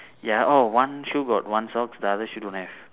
ya oh one shoe got one socks the other shoe don't have